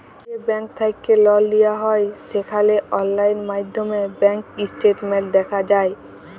যে ব্যাংক থ্যাইকে লল লিয়া হ্যয় সেখালে অললাইল মাইধ্যমে ব্যাংক ইস্টেটমেল্ট দ্যাখা যায়